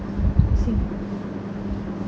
sing